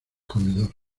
comedor